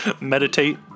Meditate